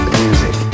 music